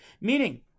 meaning